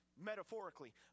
metaphorically